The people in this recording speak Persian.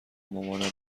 مامانم